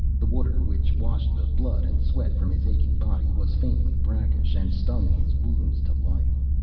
the water, which washed the blood and sweat from his aching body, was faintly brackish and stung his wounds to life.